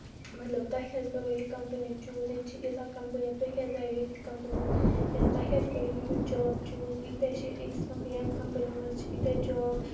مطلب تۄہہِ کیازِ کٔرٕو یہِ کَمپٔنۍ چوٗز ییٚتہِ چھِ یِیژہ کَمپٔنی تُہۍ کیازِ آیوٕ ییٚتھی کَمپٔنی منٛز یا تۄہہِ کیازِ کوٚرُوٕ یہِ ہیٚو جاب چوٗز ییتیٚہ چھِ أکِس کمپ بیاکھ کَمپٔنۍ منٛز چھِ ییتیٚہ جاب